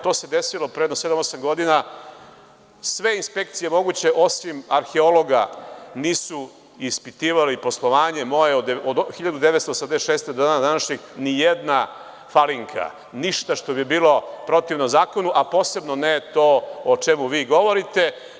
To se desilo pre jedno sedam, osam godina, sve inspekcije moguće, osim arheologa, nisu ispitivali moje poslovanje od 1986. godine do dana današnjeg, ni jedna falinka, ništa što bi bilo protivno zakonu, a posebno ne to o čemu vi govorite.